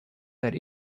that